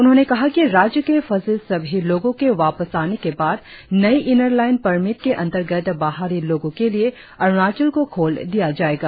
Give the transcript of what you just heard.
उन्होंने कहा कि राज्य के फंसे सभी लोगों के वापस आने के बाद नई इनर लाइन परमिट के अंतर्गत बाहरी लोगों के लिए अरुणाचल को खोल दिया जाएगा